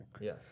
Yes